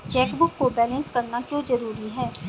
Chequebook को balance करना क्यों जरूरी है?